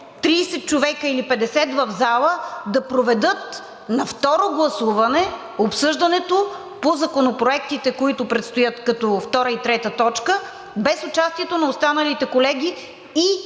50 човека в залата да проведат на второ гласуване обсъждането по законопроектите, които предстоят като втора и трета точка, без участието на останалите колеги и,